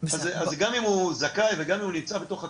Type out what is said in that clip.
אז גם אם הוא זכאי וגם אם הוא נמצא בתוך הקבוצה,